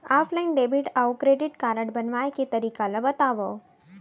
Offline debit अऊ credit card बनवाए के तरीका ल बतावव?